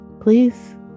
please